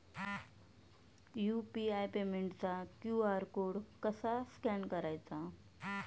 UPI पेमेंटचा QR code कसा scan करायचा?